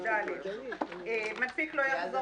מי נמנע?